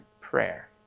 prayer